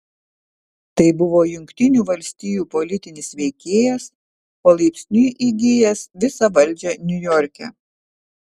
tai buvo jungtinių valstijų politinis veikėjas palaipsniui įgijęs visą valdžią niujorke